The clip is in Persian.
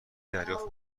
دریافت